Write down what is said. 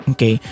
Okay